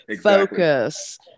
focus